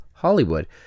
Hollywood